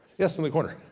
yes in the corner.